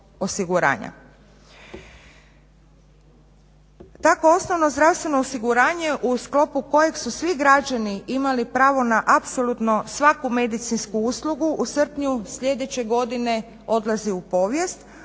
Tako osnovno zdravstveno osiguranje u sklopu kojeg su svi građani imali pravo na apsolutno svaku medicinsku uslugu u srpnju sljedeće godine odlaze u povijest,